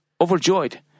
overjoyed